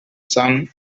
sun